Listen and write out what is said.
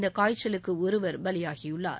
இந்த காய்ச்சலுக்கு ஒருவர் பலியாகியுள்ளார்